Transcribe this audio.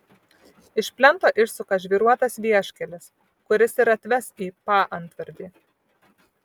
iš plento išsuka žvyruotas vieškelis kuris ir atves į paantvardį